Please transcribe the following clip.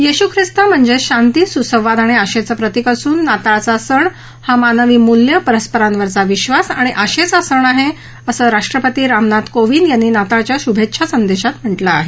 येशू खिस्त म्हणजे शांती सुसंवाद आणि आशेचं प्रतिक असून नाताळचा सण हा मानवी मूल्य परस्परांवरचा विक्वास आणि आशेचा सण आहे असं राष्ट्रपती रामनाथ कोविंद यांनी नाताळच्या शूभेच्छा संदेशात म्हटलं आहे